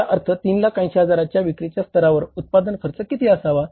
याचा अर्थ 3 लाख 80 हजाराजाच्या विक्री स्तरावर उत्पादन खर्च किती असावा